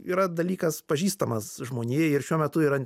yra dalykas pažįstamas žmonijai ir šiuo metu yra